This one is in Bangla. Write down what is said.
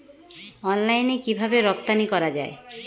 অনলাইনে কিভাবে রপ্তানি করা যায়?